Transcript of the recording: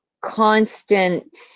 constant